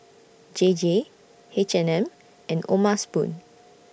J J H and M and O'ma Spoon